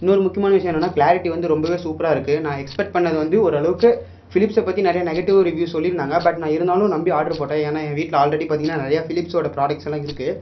இன்னொரு முக்கியமான விஷயம் என்னன்னா கிளாரிட்டி வந்து ரொம்பவே சூப்பராக இருக்குது நான் எக்ஸ்பெக்ட் பண்ணது வந்து ஓரளவுக்கு பிலிப்ஸை பற்றி நிறையா நெகட்டிவ் ரிவ்யூஸ் சொல்லியிருந்தாங்க பட் நான் இருந்தாலும் நம்பி ஆர்டர் போட்டேன் ஏன்னா என் வீட்டில ஆல்ரெடி பார்த்திங்கனா நிறையா பிலிப்ஸோட ப்ராடக்ட்ஸ் எல்லாம் இருக்குது